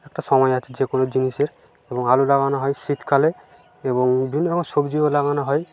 একটা সময় আছে যে কোনো জিনিসের এবং আলু লাগানো হয় শীতকালে এবং বিভিন্ন রকম সবজিও লাগানো হয়